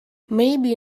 maybe